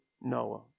Noah